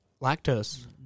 Lactose